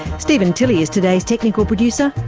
stephen tilley is today's technical producer.